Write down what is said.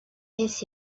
his